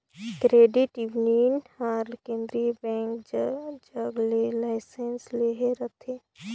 credit union हर केंद्रीय bank जग ले लाइसेंस लेहे रहथे